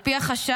על פי החשד,